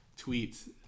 tweets